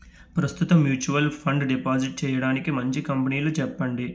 ప్రస్తుతం mutual fund deposit చేయడానికి మంచి కంపెనీలు చెప్పండి